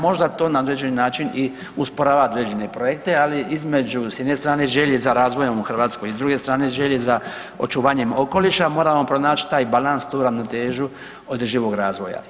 Možda to na određeni način i usporava određene projekte, ali između s jedne strane želje za razvojem u Hrvatskoj i s druge strane želje za očuvanjem okoliša moramo pronaći taj balans, tu ravnotežu održivog razvoja.